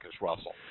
Russell